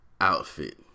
outfit